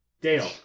Dale